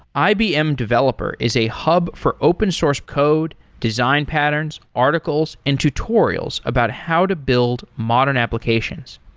ibm developer is a hub for open source code, design patterns, articles and tutorials about how to build modern applications.